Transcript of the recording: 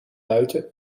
buiten